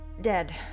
dead